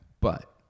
But-